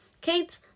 Kate